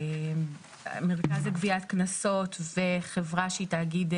מרכז לגביית קנסות וחברה שהיא תאגיד,